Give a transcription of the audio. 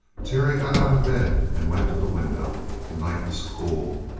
terry got out of bed and went to the window. the night was cool,